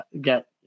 get